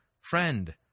Friend